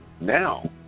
now